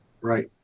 Right